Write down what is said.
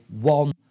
one